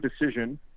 decision